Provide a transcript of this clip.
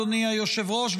אדוני היושב-ראש,